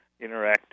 interactive